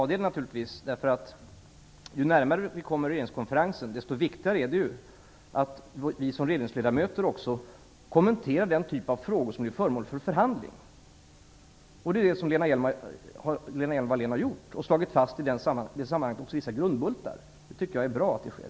Herr talman! Ja, det är det naturligtvis. Ju närmare vi kommer regeringskonferensen, desto viktigare är det att vi som regeringsledamöter också kommenterar den typ av frågor som är föremål för förhandling. Det är det som Lena Hjelm-Wallén har gjort. Hon har i det sammanhanget också slagit fast vissa grundbultar. Jag tycker att det är bra att det sker.